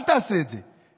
אל תעשה את זה.